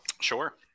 Sure